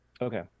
okay